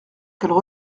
qu’elle